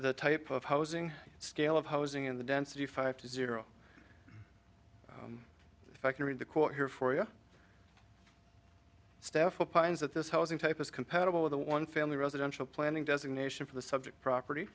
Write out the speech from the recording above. the type of housing scale of housing in the density five to zero if i can read the quote here for you stephanie pines that this housing type is compatible with the one family residential planning designation for the subject property